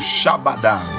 Shabada